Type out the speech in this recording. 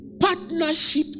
partnership